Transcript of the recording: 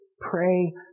Pray